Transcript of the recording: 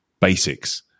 basics